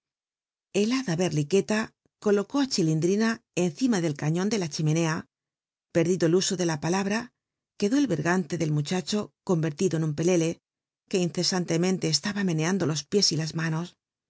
rii ih'ia t olocó á cltiindrina encima tld caiíon de la chimenea perdido el uso de la palabra quedó el bergante del mm hacho cotwcrlido en un pelek que inccsantetncnte estaba meneando los piés y las manos